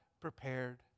prepared